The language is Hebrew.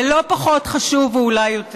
ולא פחות חשוב, ואולי יותר,